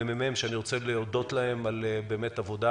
זה המקום להודות למחלקת המחקר והמידע של הכנסת על הפקת